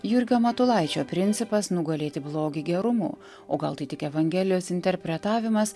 jurgio matulaičio principas nugalėti blogį gerumu o gal tai tik evangelijos interpretavimas